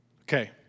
Okay